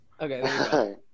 Okay